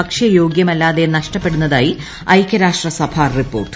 ഭക്ഷ്യയോഗൃമല്ലാതെ നഷ്ടപ്പെടുന്നതായി ഐകൃരാഷ്ട്രസഭാ റിപ്പോർട്ട്